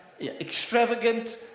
extravagant